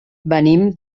venim